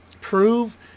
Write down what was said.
Prove